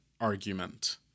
argument